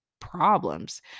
problems